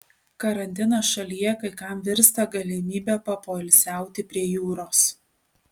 karantinas šalyje kai kam virsta galimybe papoilsiauti prie jūros